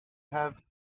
have